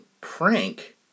prank